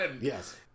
Yes